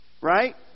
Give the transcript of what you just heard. Right